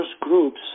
groups